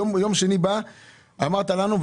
יום שני אמרת לנו,